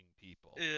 people